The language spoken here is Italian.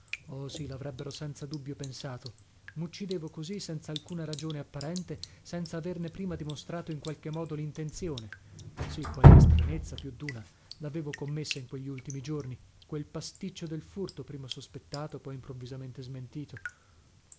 oh sì lavrebbero senza dubbio pensato muccidevo così senzalcuna ragione apparente senza averne prima dimostrato in qualche modo lintenzione sì qualche stranezza più duna lavevo commessa in quegli ultimi giorni quel pasticcio del furto prima sospettato poi improvvisamente smentito